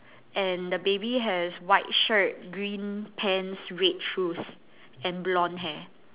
and the baby has white shirt green pants red shoes and blonde hair